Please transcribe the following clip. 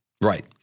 Right